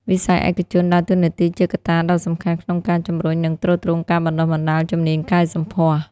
វិស័យឯកជនដើរតួនាទីជាកត្តាដ៏សំខាន់ក្នុងការជំរុញ និងទ្រទ្រង់ការបណ្តុះបណ្តាលជំនាញកែសម្ផស្ស។